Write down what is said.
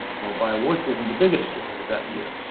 well, by award season, the biggest story of that year.